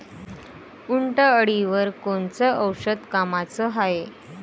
उंटअळीवर कोनचं औषध कामाचं हाये?